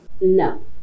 No